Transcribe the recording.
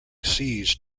seize